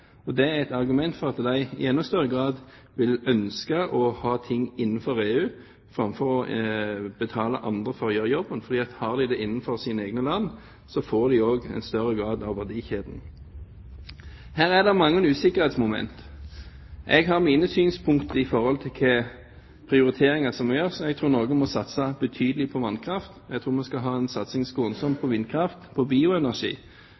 og næringer. Det er et argument for at de i enda større grad vil ønske å ha ting innenfor EU framfor å betale andre for å gjøre jobben, for har de det innenfor sine egne land, får de også en større grad av verdikjeden. Her er det mange usikkerhetsmoment. Jeg har mine synspunkt på hvilke prioriteringer som må gjøres. Jeg tror Norge må satse betydelig på vannkraft. Jeg tror vi skal ha en skånsom satsing på vinkraft og på bioenergi.